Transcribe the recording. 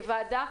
כוועדה,